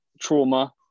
trauma